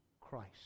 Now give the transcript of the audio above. Christ